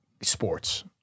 sports